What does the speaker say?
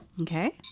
Okay